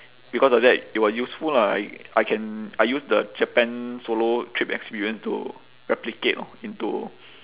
because of that it was useful lah I I can I use the japan solo trip experience to replicate orh into